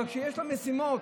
אבל כשיש לו משימות,